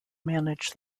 manage